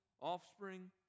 Offspring